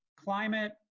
Climate